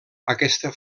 aquesta